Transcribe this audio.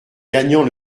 gagnant